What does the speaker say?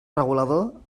regulador